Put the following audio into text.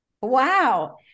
Wow